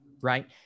right